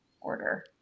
order